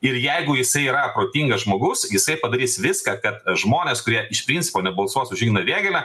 ir jeigu jisai yra protingas žmogus jisai padarys viską kad žmonės kurie iš principo nebalsuos už igną vėgėlę